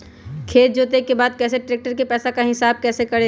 खेत जोते के बाद कैसे ट्रैक्टर के पैसा का हिसाब कैसे करें?